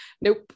Nope